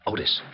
Otis